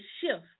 shift